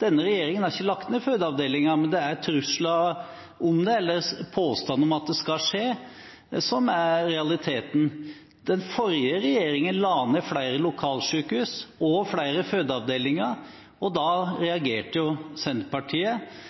Denne regjeringen har ikke lagt ned fødeavdelinger, men det er trusler, eller påstander, om at det skal skje, som er realiteten. Den forrige regjeringen la ned flere lokalsykehus og flere fødeavdelinger. Da reagerte Senterpartiet,